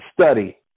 study